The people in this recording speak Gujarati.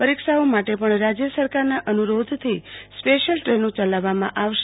પરીક્ષાઓ માટે પણ રાજય સરકારના અનુરોધ થી સ્પેશિયલ દ્રેનો ચલાવવામાં આવશે